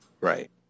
Right